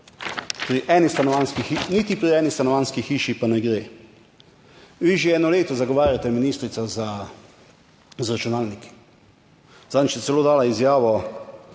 niti pri eni stanovanjski hiši pa ne gre. Vi že eno leto zagovarjate ministrico z računalniki. Zadnjič je celo dala izjavo,